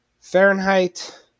Fahrenheit